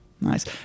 Nice